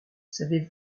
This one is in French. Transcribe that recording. savez